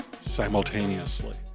simultaneously